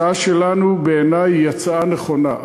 ההצעה שלנו, בעיני, היא הצעה נכונה.